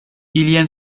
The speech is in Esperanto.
ilian